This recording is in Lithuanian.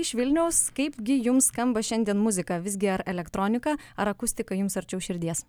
iš vilniaus kaip gi jums skamba šiandien muzika vis gi ar elektronika ar akustika jums arčiau širdies